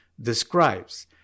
describes